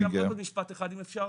עוד משפט אחד אם אפשר.